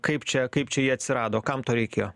kaip čia kaip čia ji atsirado kam to reikėjo